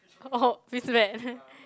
oh feels bad